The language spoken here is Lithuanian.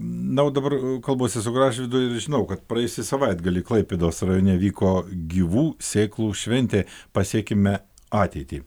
na o dabar kalbuosi su gražvydu ir žinau kad praėjusį savaitgalį klaipėdos rajone vyko gyvų sėklų šventė pasiekime ateitį